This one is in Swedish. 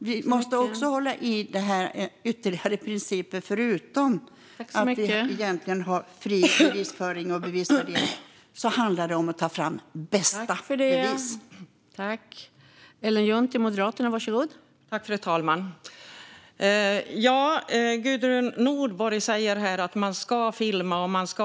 Vi måste också hålla i den ytterligare principen, förutom att vi har fri bevisföring och bevisfördelning, att ta fram bästa bevis.